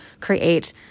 create